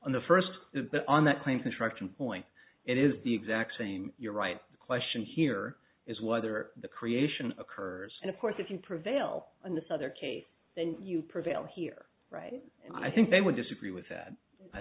on the first two but on that claim construction point it is the exact same you're right the question here is whether the creation occurs and of course if you prevail on this other case then you prevail here right and i think they would disagree with that i